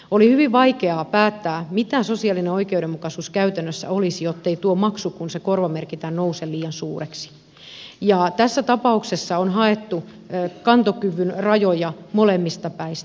oli hyvin vaikeaa päättää mitä sosiaalinen oikeudenmukaisuus käytännössä olisi jottei tuo maksu kun se korvamerkitään nouse liian suureksi ja tässä tapauksessa on haettu kantokyvyn rajoja molemmista päistä